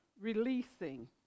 releasing